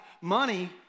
money